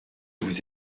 vous